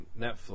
Netflix